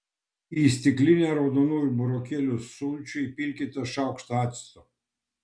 į stiklinę raudonųjų burokėlių sulčių įpilkite šaukštą acto